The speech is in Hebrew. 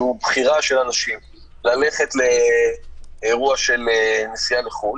שהוא בחירה של אנשים ללכת לאירוע של נסיעה לחו"ל,